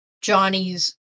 Johnny's